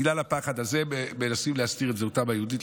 בגלל הפחד הזה הם מנסים להסתיר את זהותם היהודית,